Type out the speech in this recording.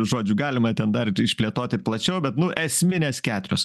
žodžiu galima ten dar išplėtot ir plačiau bet nu esminės keturios